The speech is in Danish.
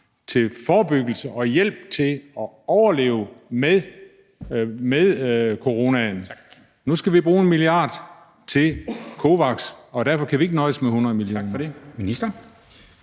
til forebyggelse og hjælp til at leve med coronaen. Nu skal vi bruge 1 mia. kr. til COVAX, og derfor kan vi ikke nøjes med 100 mio. kr.